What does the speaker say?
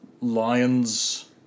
lions